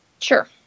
Sure